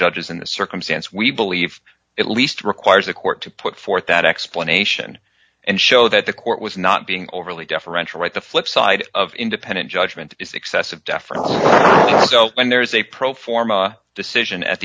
judges in the circumstance we believe at least requires the court to put forth that explanation and show that the court was not being overly deferential at the flip side of independent judgment is excessive deference so when there is a pro forma decision at